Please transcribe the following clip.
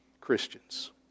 Christians